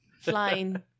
Flying